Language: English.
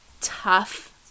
tough